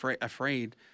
afraid